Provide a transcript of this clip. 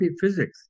physics